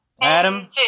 Adam